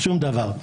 שום דבר.